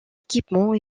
équipement